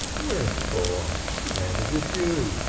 wherefore? the man is a jew.